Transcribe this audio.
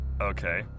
Okay